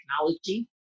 technology